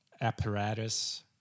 apparatus